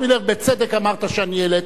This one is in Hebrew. בצדק אמרת שאני העליתי זאת.